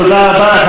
תודה רבה לך,